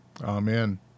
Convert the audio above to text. Amen